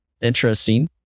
Interesting